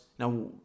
Now